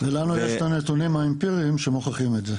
ולנו יש את הנתונים האמפיריים שמוכיחים את זה.